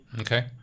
Okay